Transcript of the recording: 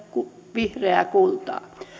vihreää kultaa